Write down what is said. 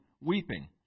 weeping